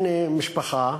הנה, משפחה,